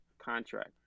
contract